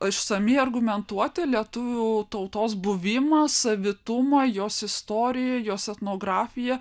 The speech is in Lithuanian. išsamiai argumentuoti lietuvių tautos buvimą savitumą jos istoriją jos etnografiją